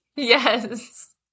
Yes